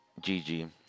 GG